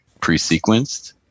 pre-sequenced